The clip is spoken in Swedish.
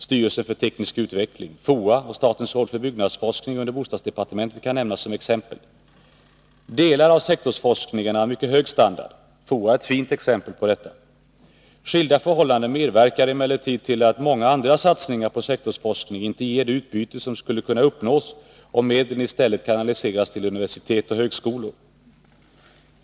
Styrelsen för teknisk utveckling, FOA och statens råd för byggnadsforskning under bostadsdepartementet kan nämnas som exempel. Delar av sektorsforskningen är av mycket hög standard. FOA är ett fint exempel på detta. Skilda förhållanden medverkar emellertid till att många andra satsningar på sektorsforskning inte ger det utbyte som skulle kunna uppnås, om medlen i stället kanaliseras till universitet och högskolor.